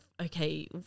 Okay